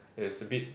is a bit